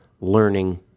learning